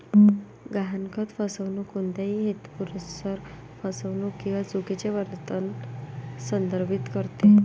गहाणखत फसवणूक कोणत्याही हेतुपुरस्सर फसवणूक किंवा चुकीचे वर्णन संदर्भित करते